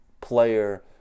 player